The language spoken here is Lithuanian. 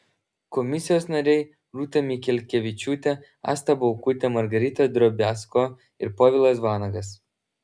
komisijos nariai rūta mikelkevičiūtė asta baukutė margarita drobiazko ir povilas vanagas